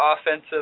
offensive